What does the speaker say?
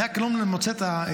אני רק לא מוצא את זה.